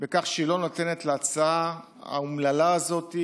בכך שהיא לא נותנת להצעה האומללה הזאת,